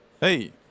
Hey